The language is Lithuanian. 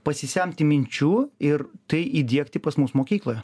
pasisemti minčių ir tai įdiegti pas mus mokykloje